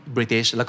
British